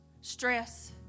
Stress